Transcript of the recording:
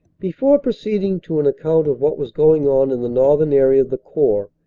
before proceeding to an account of what was going on in the northern area of the corps,